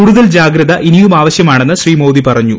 കൂടുതൽ ജാഗ്രത ഇനിയും ആവശ്യമാണെന്ന് ശ്രീ മോദി പറഞ്ഞു